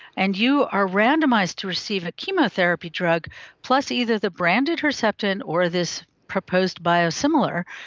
and you are randomised to receive a chemotherapy drug plus either the branded herceptin or this proposed biosimilar,